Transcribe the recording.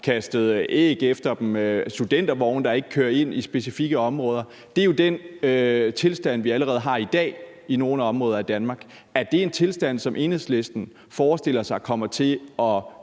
kastet æg efter dem, og med studentervogne, der ikke kører ind i specifikke områder? Det er jo den tilstand, vi allerede har i dag i nogle områder af Danmark. Er det en tilstand, som Enhedslisten forestiller sig kommer til at